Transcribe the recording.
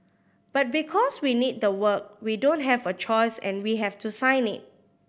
but because we need the work we don't have a choice and we have to sign it